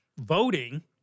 voting